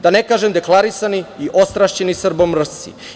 Da ne kažem, deklarisani i ostrašćeni srbomrsci.